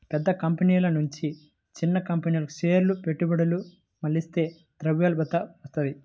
పెద్ద కంపెనీల నుంచి చిన్న కంపెనీలకు షేర్ల పెట్టుబడులు మళ్లిస్తే ద్రవ్యలభ్యత వత్తది